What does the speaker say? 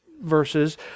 verses